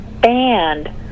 band